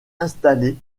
installé